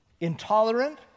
intolerant